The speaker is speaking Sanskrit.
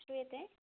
श्रूयते